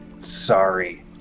sorry